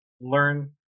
learn